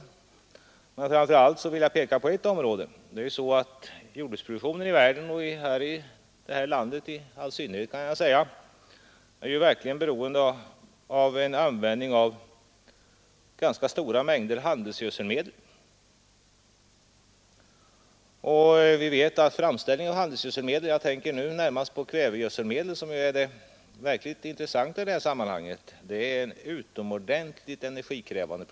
Jag vill framför allt peka på ett område. Jordbruksproduktionen i världen och i all synnerhet i vårt land är ju i hög grad beroende av användningen 'av ganska stora mängder handelsgödselmedel. Framställningen av handelsgödselmedel — jag tänker närmast på kvävegödselmedel, som är det verkligt intressanta i detta sammanhang — är som bekant utomordentligt energikrävande.